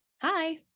hi